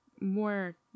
more